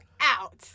out